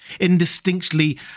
Indistinctly